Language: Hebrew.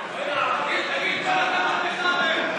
כשוות זכויות במדינת ישראל),